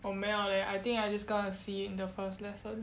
我没有 leh I think I just gonna see in the first lesson